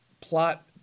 plot